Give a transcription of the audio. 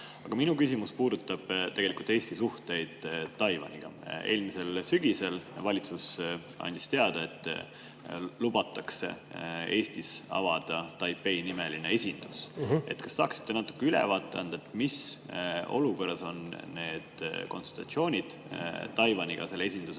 Aga minu küsimus puudutab tegelikult Eesti suhteid Taiwaniga. Eelmisel sügisel andis valitsus teada, et Eestis lubatakse avada Taipei-nimeline esindus. Kas te saaksite anda väikse ülevaate, mis olukorras on need konsultatsioonid Taiwaniga selle esinduse